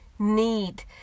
need